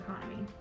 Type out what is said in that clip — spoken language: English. Economy